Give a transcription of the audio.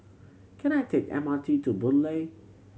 can I take the M R T to Boon Lay